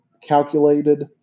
calculated